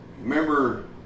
remember